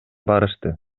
барышты